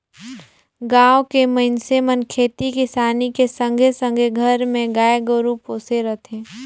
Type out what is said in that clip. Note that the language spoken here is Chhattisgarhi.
गाँव के मइनसे मन खेती किसानी के संघे संघे घर मे गाय गोरु पोसे रथें